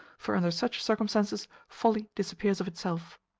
for under such circumstances, folly disappears of itself.